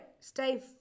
stay